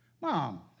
Mom